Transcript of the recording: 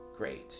Great